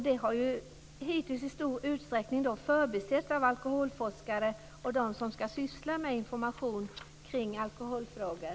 Detta har hittills i stor utsträckning förbisetts av alkoholforskare och av dem som ska syssla med information kring alkoholfrågor.